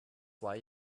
why